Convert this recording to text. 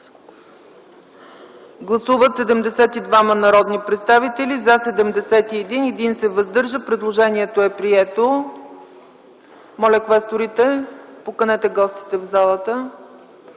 Гласували 72 народни представители: за 71, против няма, въздържал се 1. Предложението е прието. Моля, квесторите, поканете гостите в залата!